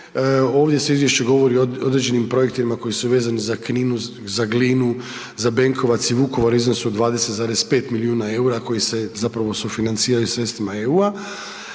ovdje se u izvješću govori o određenim projektima koji su vezani za Glinu, za Benkovac i Vukovar u iznosu od 20,5 milijuna eura koji zapravo sufinanciraju sredstvima EU-a